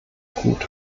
gut